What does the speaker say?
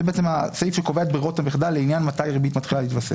זה בעצם הסעיף שקובע את ברירות המחדל לעניין מתי ריבית מתחילה להתווסף.